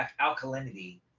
alkalinity